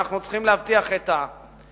אנחנו צריכים להבטיח את החינוך,